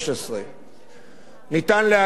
ניתן להגיע לזה בלי מלחמת אחים,